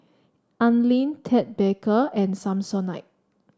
Anlene Ted Baker and Samsonite